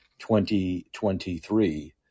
2023